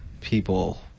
people